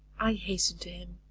i hastened to him.